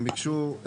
הם ביקשו.